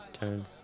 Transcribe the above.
turn